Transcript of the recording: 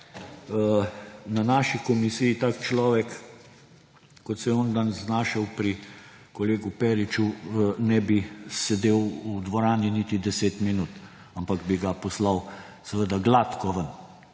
na naši komisiji tak človek, kot se je on danes znašel pri kolegu Periču, ne bi sedel v dvorani niti deset minut, ampak bi ga poslal seveda gladko ven.